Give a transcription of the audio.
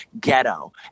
ghetto